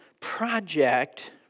project